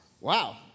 Wow